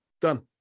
done